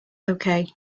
okay